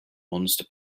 monster